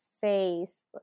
face